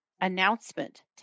announcement